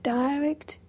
direct